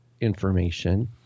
information